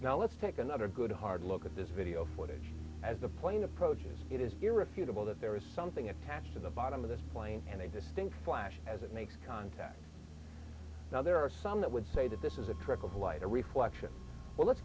now let's take another good hard look at this video footage as the plane approaches it is irrefutable that there is something attached to the bottom of this plane and a distinct flash as it makes contact now there are some that would say that this is a trick of light a reflection well let's